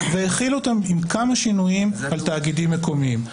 והחיל אותן עם כמה שינויים על כמה תאגידים מקומיים.